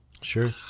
sure